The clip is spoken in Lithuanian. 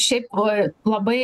šiaip oi labai